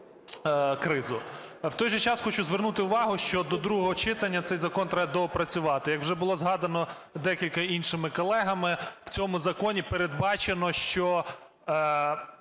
В той же час, хочу звернути увагу, що до другого читання цей закон треба доопрацювати. Як вже було згадано декількома іншими колегами, в цьому законі передбачено, що